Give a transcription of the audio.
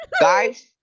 guys